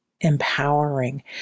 empowering